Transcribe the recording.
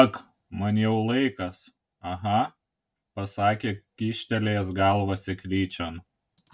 ag man jau laikas aha pasakė kyštelėjęs galvą seklyčion